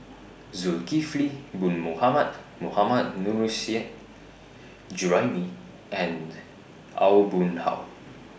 Zulkifli Bin Mohamed Mohammad Nurrasyid Juraimi and Aw Boon Haw